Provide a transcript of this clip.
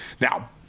Now